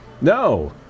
No